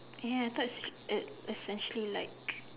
ya I thought its it essentially like